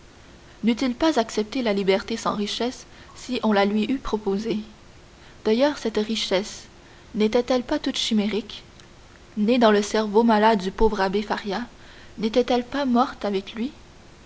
n'eût-il pas accepté la liberté sans la richesse si on la lui eût proposée d'ailleurs cette richesse n'était-elle pas toute chimérique née dans le cerveau malade du pauvre abbé faria n'était-elle pas morte avec lui